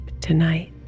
tonight